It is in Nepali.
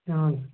ए हजुर